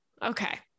Okay